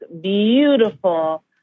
beautiful